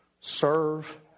serve